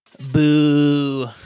Boo